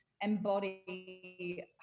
embody